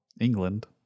England